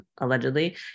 allegedly